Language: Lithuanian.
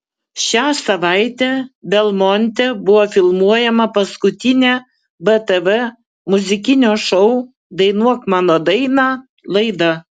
šią savaitę belmonte buvo filmuojama paskutinė btv muzikinio šou dainuok mano dainą laida